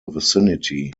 vicinity